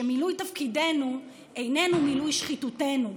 שמילוי תפקידנו איננו מילוי שחיתותנו,